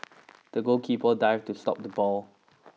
the goalkeeper dived to stop the ball